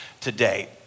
today